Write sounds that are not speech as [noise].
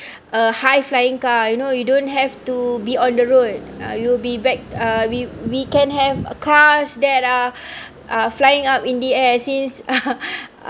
a high flying car you know you don't have to be on the road uh you'll be back uh we we can have cars that are uh flying up in the air since [laughs]